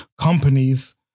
companies